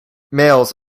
males